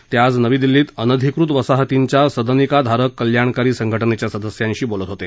ते आज नवी दिल्लीत अनधिकृत वसाहतींच्या सदनिका धारक कल्याणकारी संघटनेच्या सदस्यांशी बोलत होते